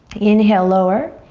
inhale lower,